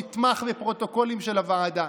נתמך בפרוטוקולים של הוועדה,